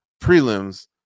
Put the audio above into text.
prelims